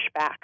pushback